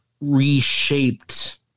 reshaped